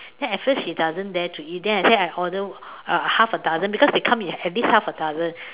then at first she doesn't dare to eat then I say I order uh half a dozen because they come in every half a dozen